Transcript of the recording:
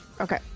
okay